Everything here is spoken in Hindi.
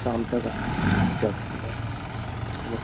शाम तक आ जाते हैं तीन चार दिन बाद नमस्ते